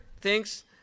thinks